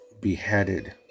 beheaded